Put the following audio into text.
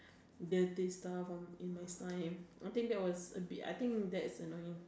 dirty stuff in my slime I think that's a bit I think that's annoying